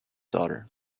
daughter